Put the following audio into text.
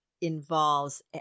involves